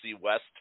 West